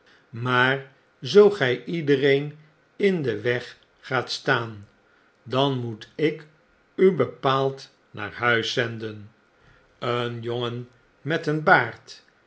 maar zoo gg iedereen in den weg gaat staan dan moet ikubepaald naar huis zenden een jongen met een baard